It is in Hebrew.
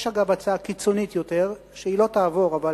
יש, אגב, הצעה קיצונית יותר, שהיא לא תעבור אבל